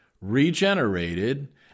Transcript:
regenerated